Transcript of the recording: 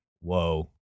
Whoa